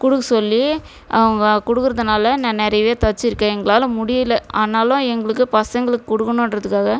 கொடுக்க சொல்லி அவங்க கொடுக்குறதுனால நான் நிறையவே தச்சுருக்கேன் எங்களால் முடியலை ஆனாலும் எங்களுக்கு பசங்களுக்கு கொடுக்கணுன்றதுக்காக